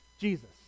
Jesus